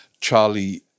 Charlie